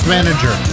Manager